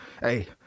hey